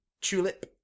Tulip